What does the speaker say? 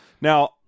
Now